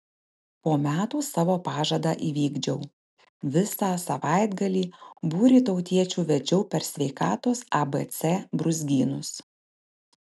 po metų savo pažadą įvykdžiau visą savaitgalį būrį tautiečių vedžiau per sveikatos abc brūzgynus